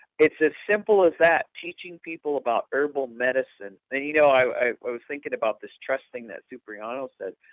it's as simple as that, teaching people about herbal medicine. and you know i was thinking about this trust thing that seprieono said.